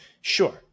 Sure